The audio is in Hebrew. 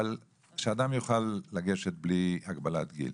אבל שאדם יוכל לגשת בלי הגבלת גיל.